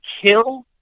kill